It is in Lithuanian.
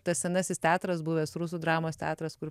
tas senasis teatras buvęs rusų dramos teatras kur